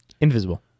invisible